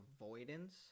avoidance